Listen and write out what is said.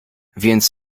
więc